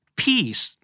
peace